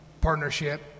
partnership